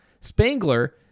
Spangler